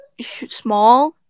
small